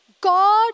God